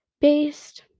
based